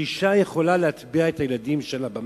שאשה יכולה להטביע את הילדים שלה במים?